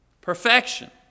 Perfection